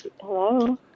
Hello